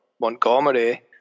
Montgomery